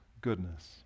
goodness